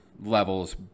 levels